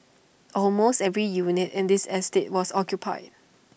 almost every unit in this estate was occupied